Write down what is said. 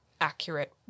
accurate